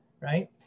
right